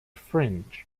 fringe